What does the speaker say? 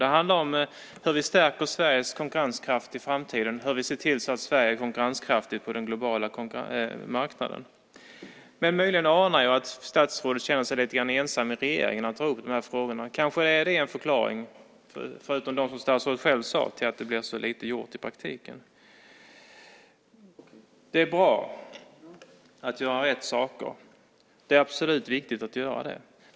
Det handlar om hur vi stärker Sveriges konkurrenskraft i framtiden, hur vi ser till att Sverige är konkurrenskraftigt på den globala marknaden. Möjligen anar jag att statsrådet känner sig lite ensam i regeringen när han tar upp de här frågorna. Kanske är det en förklaring, förutom dem statsrådet själv nämnde, till att det blir så lite gjort i praktiken. Det är bra att göra rätt saker. Därför är det absolut viktigt att man gör det.